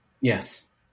Yes